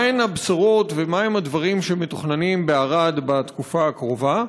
מהן הבשורות ומהם הדברים שמתוכננים בערד בתקופה הקרובה?